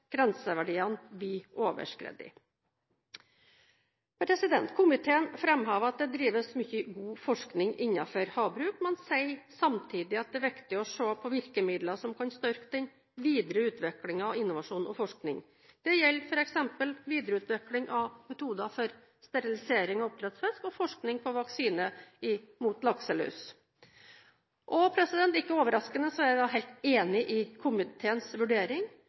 grenseverdiene blir overskredet. Komiteen framhever at det drives mye god forskning innenfor havbruk, men sier samtidig at det er viktig å se på virkemidler som kan styrke den videre utviklingen av innovasjon og forskning. Det gjelder f.eks. videreutvikling av metoder for sterilisering av oppdrettsfisk og forskning på vaksine mot lakselus. Ikke overraskende er jeg helt enig i komiteens vurdering.